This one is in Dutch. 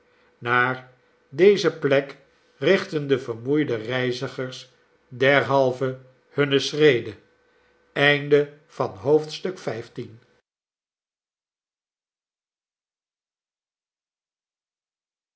naar deze plek richtten de vermoeide reizigers derhalve hunne schreden